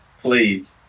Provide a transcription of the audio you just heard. please